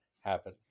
happen